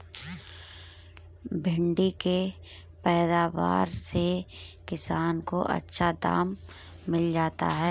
भिण्डी के पैदावार से किसान को अच्छा दाम मिल जाता है